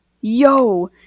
Yo